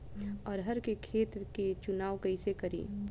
अरहर के खेत के चुनाव कईसे करी?